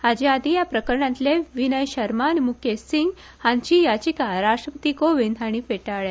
हाचे आदी ह्या प्रकरणातले विनय शर्मा आनी मुकेश सिंग हांचीय याचिका राष्ट्रपती कोविंद हाणी फेटाळल्या